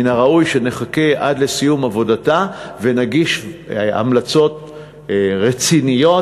מן הראוי שנחכה עד לסיום עבודתה ונגיש המלצות רציניות,